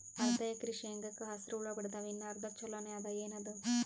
ಅರ್ಧ ಎಕರಿ ಶೇಂಗಾಕ ಹಸರ ಹುಳ ಬಡದಾವ, ಇನ್ನಾ ಅರ್ಧ ಛೊಲೋನೆ ಅದ, ಏನದು?